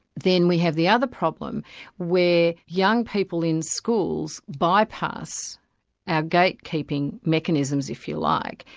then we have the other problem where young people in schools bypass our gatekeeping mechanisms, if you like,